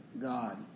God